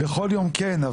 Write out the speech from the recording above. בכל יום כן,